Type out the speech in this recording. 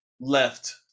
left